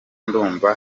ndumva